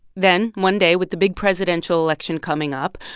then one day, with the big presidential election coming up,